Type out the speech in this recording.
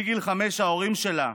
מגיל חמש ההורים שלה,